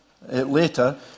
later